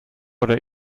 oder